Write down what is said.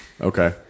okay